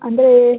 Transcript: ಅಂದರೆ